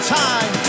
time